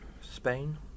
Spain